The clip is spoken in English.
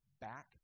back